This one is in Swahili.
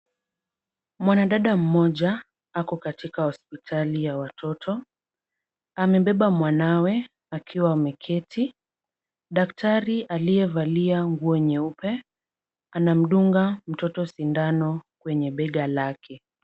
Mwanadada mmoja ako katika hospitali ya watoto. Amebeba mwanawe akiwa ameketi. Daktari aliyevalia nguo nyeupe anamdunga mtoto sindano kwenye bega lake.